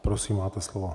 Prosím, máte slovo.